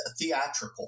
theatrical